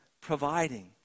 providing